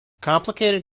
complicated